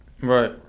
Right